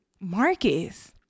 Marcus